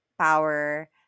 power